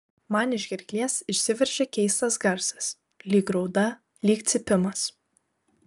man iš gerklės išsiveržia keistas garsas lyg rauda lyg cypimas